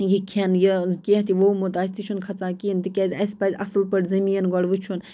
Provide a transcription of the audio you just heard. یہِ کھٮ۪ن یہِ کیٚنٛہہ تہِ وومُت آسہِ تہِ چھُنہٕ کھسان کِہیٖنٛۍ تیٛز اَسہِ پَزِ اَصٕل پٲٹھۍ زمیٖن گۄڈٕ وُچھُن